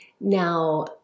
Now